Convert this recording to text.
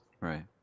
right